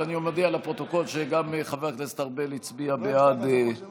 אבל אני מודיע לפרוטוקול שגם חבר הכנסת ארבל הצביע בעד